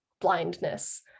blindness